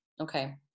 okay